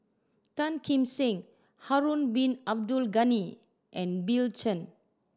Tan Kim Seng Harun Bin Abdul Ghani and Bill Chen